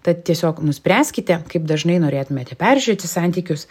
tad tiesiog nuspręskite kaip dažnai norėtumėte peržiūrėti santykius